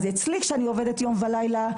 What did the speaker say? אז אצלי כשאני עובדת יום ולילה,